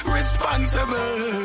Responsible